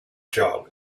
job